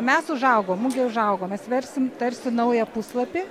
mes užaugom mugė užaugo mes versim tarsi naują puslapį